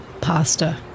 pasta